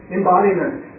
Embodiment